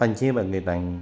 पंजे वॻे ताईं